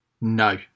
No